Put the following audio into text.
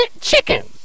chicken